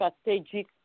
strategic